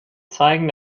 zeigen